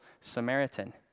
Samaritan